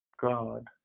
God